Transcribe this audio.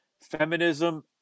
feminism